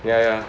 yeah yeah